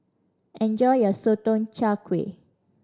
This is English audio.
enjoy your Sotong Char Kway